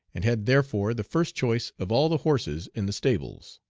and had therefore the first choice of all the horses in the stables.